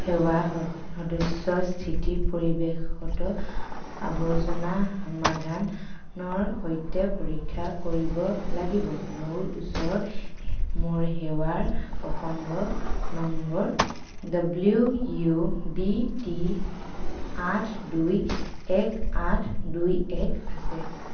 সেৱাৰ সদস্য স্থিতি পৰিৱেশগত আৱৰ্জনা সমাধান ৰ সৈতে পৰীক্ষা কৰিব লাগিব মোৰ ওচৰত মোৰ সেৱাৰ প্ৰসংগ number W U B T আঠ দুই এক আঠ দুই এক আছে